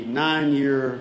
nine-year